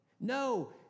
No